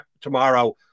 tomorrow